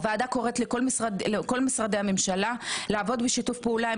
הוועדה קוראת לכל משרדי הממשלה לעבוד בשיתוף פעולה עם